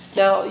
now